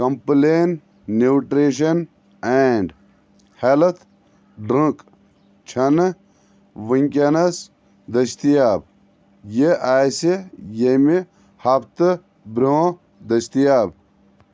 complain nutrition and health drink چھنہٕ وٕنکیٚنَس دٔستِیاب یہِ آسہِ ییٚمہِ ہفتہٕ برٛونٛہہ دٔستِیاب